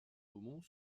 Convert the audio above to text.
aumont